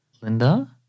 Linda